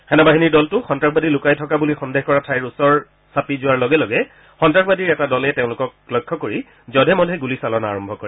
সেনা বাহিনীৰ দলটো সন্নাসবাদী লুকাই থকা বুলি সন্দেহ কৰা ঠাইৰ ওচৰ চাৰি যোৱা লগে লগে সন্ত্ৰাসবাদীৰ এটা দলে তেওঁলোকক লক্ষ্য কৰি যধেমধে গুলী চালনা আৰম্ভ কৰে